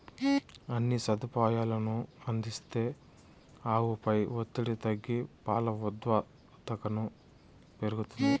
అన్ని సదుపాయాలనూ అందిస్తే ఆవుపై ఒత్తిడి తగ్గి పాల ఉత్పాదకతను పెరుగుతుంది